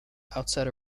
outside